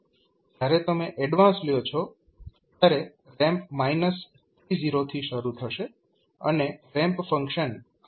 જ્યારે તમે એડવાન્સ લ્યો છો ત્યારે રેમ્પ t0 થી શરૂ થશે અને રેમ્પ ફંક્શન rtt0થશે